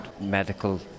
medical